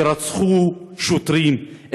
שרצחו שוטרים,